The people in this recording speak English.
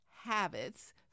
Habits